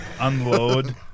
unload